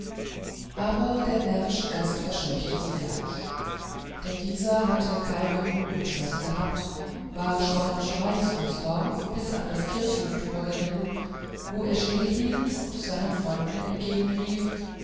aber der närrische gast verscheuchte sie gleich denn dieser hatte keine ruh im schloß gehabt war spornstreichs durchs dorf bis an das kirchhoftor geritten wo er still hielt und seinen freunden entgegenrief